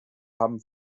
haben